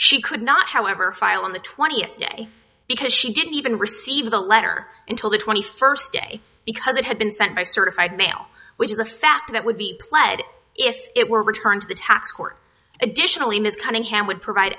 she could not however file on the twentieth day because she didn't even receive the letter until the twenty first day because it had been sent by certified mail which is a fact that would be pled if it were returned to the tax court additionally ms cunningham would provide